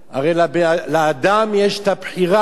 הרי לאדם יש הבחירה,